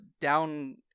down